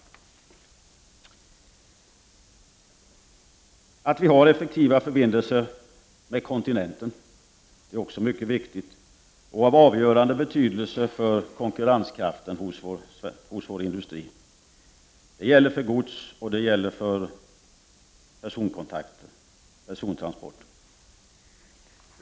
Att vi har effektiva förbindelser med kontinenten är också mycket viktigt och av avgörande betydelse för konkurrenskraften hos vår industri. Detta gäller för gods och för persontransporter.